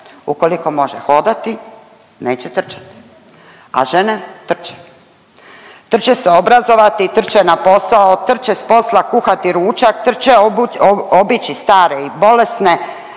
ukoliko može hodati neće trčati, a žene trče, trče se obrazovati, trče na posao, trče s posla kuhati ručak, trče obići stare i bolesne,